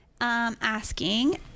asking